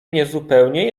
niezupełnie